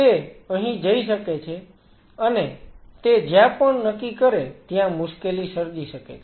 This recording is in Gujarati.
તે અહીં જઈ શકે છે અને તે જ્યાં પણ નક્કી કરે ત્યાં મુશ્કેલી સર્જી શકે છે